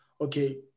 okay